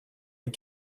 les